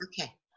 Okay